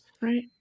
right